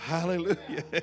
Hallelujah